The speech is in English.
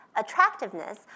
attractiveness